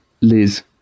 Liz